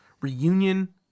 Reunion